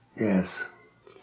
Yes